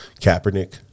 Kaepernick